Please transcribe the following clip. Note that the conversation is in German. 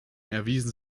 erwiesen